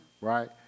right